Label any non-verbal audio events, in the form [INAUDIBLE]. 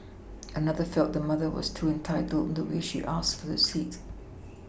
another felt the mother was too entitled [UNINTELLIGIBLE] in the way she asked for the seat